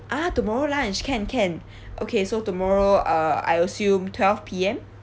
ah tomorrow lunch can can okay so tomorrow uh I assume twelve P_M